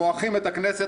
מועכים את הכנסת.